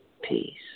Peace